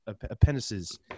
appendices